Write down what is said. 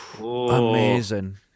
Amazing